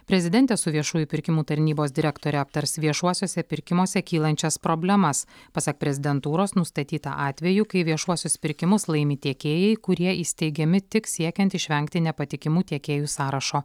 prezidentė su viešųjų pirkimų tarnybos direktore aptars viešuosiuose pirkimuose kylančias problemas pasak prezidentūros nustatyta atvejų kai viešuosius pirkimus laimi tiekėjai kurie įsteigiami tik siekiant išvengti nepatikimų tiekėjų sąrašo